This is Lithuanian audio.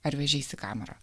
ar vežeisi kamerą